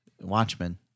Watchmen